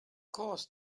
course